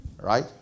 Right